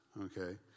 okay